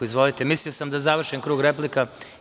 Izvolite, mislio sam da završim krug replika.